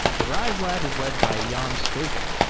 the riselab is led by ion stoica,